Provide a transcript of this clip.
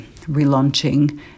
relaunching